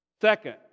Second